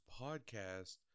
Podcast